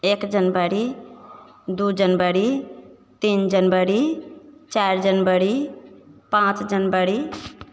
एक जनबरी दू जनबरी तीन जनबरी चारि जनबरी पाँच जनबरी